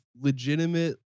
legitimate